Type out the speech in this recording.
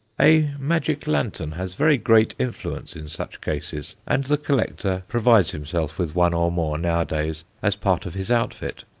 a magic-lantern has very great influence in such cases, and the collector provides himself with one or more nowadays as part of his outfit.